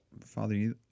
Father